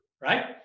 right